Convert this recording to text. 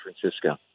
Francisco